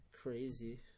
crazy